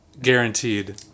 Guaranteed